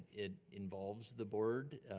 it involves the board,